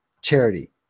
charity